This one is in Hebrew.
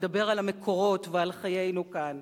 לדבר על המקורות ועל חיינו כאן.